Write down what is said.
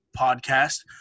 podcast